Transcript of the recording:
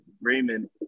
Raymond